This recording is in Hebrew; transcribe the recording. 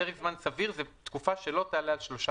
פרק זמן סביר זו תקופה שלא תעלה על שלושה